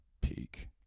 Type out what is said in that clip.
peak